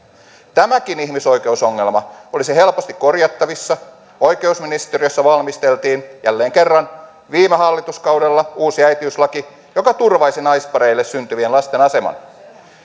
tämäkin ihmisoikeusongelma olisi helposti korjattavissa oikeusministeriössä valmisteltiin jälleen kerran viime hallituskaudella uusi äitiyslaki joka turvaisi naispareille syntyvien lasten aseman